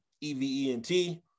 e-v-e-n-t